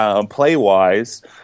play-wise